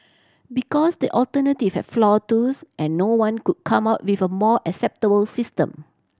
because the alternative have flaw too and no one could come up with a more acceptable system